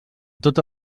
tota